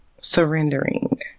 surrendering